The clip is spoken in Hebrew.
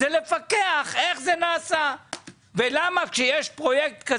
זה לפקח איך זה נעשה ולמה פרויקט,